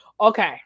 Okay